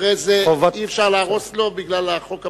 אחרי זה אי-אפשר להרוס לו בגלל החוק הבין-לאומי?